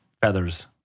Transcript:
feathers